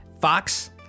Fox